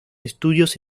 estudios